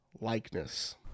likeness